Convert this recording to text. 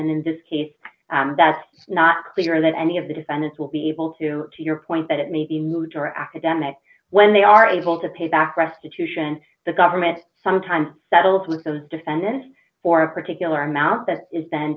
and in this case that's not clear that any of the defendants will be able to to your point that it may be moot or academic when they are able to pay back restitution the government sometimes settles with those defendants for a particular amount that is then